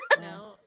no